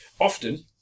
often